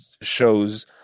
shows